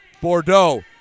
Bordeaux